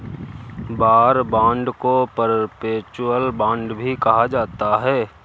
war bond को perpetual bond भी कहा जाता है